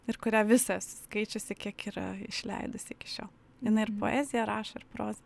ir kurią visą esu skaičiusi kiek yra išleidusi iki šiol jinai ir poeziją rašo ir prozą